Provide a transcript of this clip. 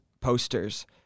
posters